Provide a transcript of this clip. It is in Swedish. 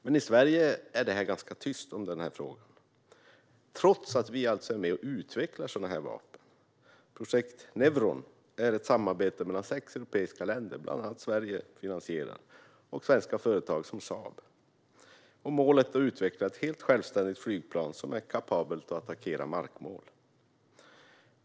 Men i Sverige är det ganska tyst om denna fråga trots att vi alltså är med och utvecklar sådana här vapen. Projektet Neuron är ett samarbete mellan sex europeiska länder - bland annat Sverige är med och finansierar - och svenska företag som Saab. Målet är att utveckla ett helt självständigt flygplan som är kapabelt att attackera markmål.